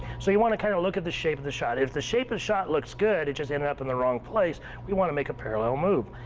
so, you want to kind of look at the shape of the shot. if the shape of the shot looks good, it's just ending up in the wrong place, we want to make a parallel move.